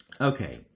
Okay